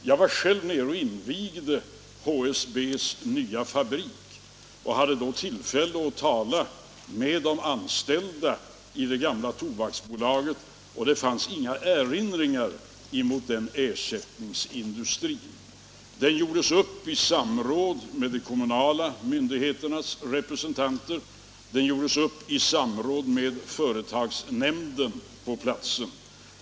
Jag var själv nere och invigde HSB:s nya fabrik och hade då tillfälle att tala med de anställda i det gamla Tobaksbolaget, och det fanns inga erinringar mot den ersättningsindustrin. Beslutet om den hade fattats i samråd med de kommunala myndigheternas representanter och med företagsnämnden på platsen.